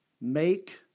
Make